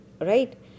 Right